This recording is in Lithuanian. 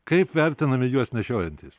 kaip vertinami juos nešiojantys